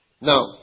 Now